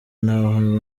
naho